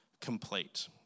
complete